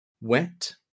Wet